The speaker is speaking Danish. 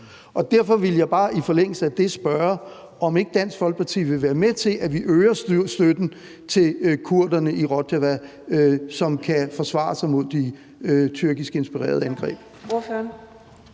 Derfor ville jeg bare i forlængelse af det spørge, om ikke Dansk Folkeparti vil være med til, at vi øger støtten til kurderne i Rojava, så de kan forsvare sig mod de tyrkisk inspirerede angreb.